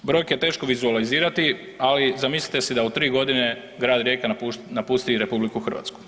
Brojke je teško vizualizirati ali zamislite si da u tri godine Grad Rijeka napusti RH.